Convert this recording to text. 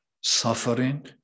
suffering